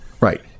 Right